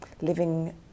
living